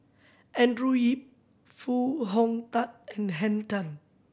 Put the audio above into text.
Andrew Yip Foo Hong Tatt and Henn Tan